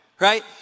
right